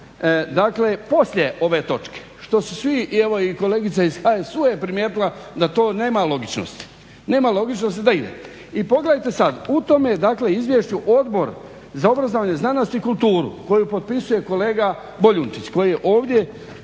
dakle poslije ove točke što su svi, evo i kolegica iz HSU-a je primijetila da to nema logičnosti, nema logičnosti da ide. I pogledajte sad, u tome dakle izvješću Odbor za obrazovanje, znanost i kulturu koji potpisuje kolega Boljunčić koji je ovdje